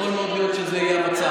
יכול מאוד להיות שזה יהיה המצב.